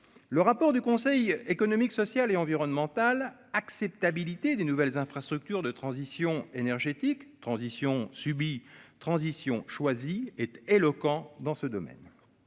le rapport du Conseil économique, social et environnemental acceptabilité des nouvelles infrastructures de transition énergétique transition subit transition est éloquent dans ce domaine,